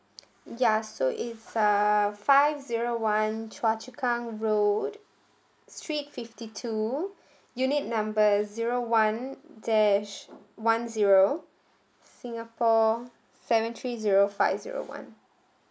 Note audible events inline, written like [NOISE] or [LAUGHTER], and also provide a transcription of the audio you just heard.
ya so it's uh five zero one choa chu kang road street fifty two [BREATH] unit number zero one dash one zero singapore seven three zero five zero one